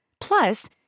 Plus